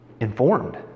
informed